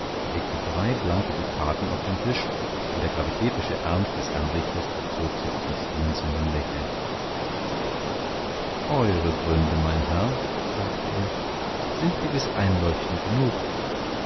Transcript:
legte drei blanke dukaten auf den tisch und der gravitätische ernst des herrn richters verzog sich zum schmunzelnden lächeln eure gründe mein herr sagte er sind gewiß einleuchtend genug